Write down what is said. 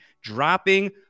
dropping